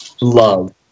love